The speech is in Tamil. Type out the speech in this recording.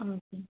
ஆ ஓகே